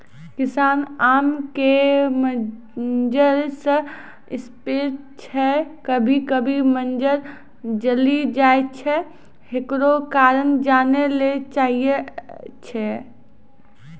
किसान आम के मंजर जे स्प्रे छैय कभी कभी मंजर जली जाय छैय, एकरो कारण जाने ली चाहेय छैय?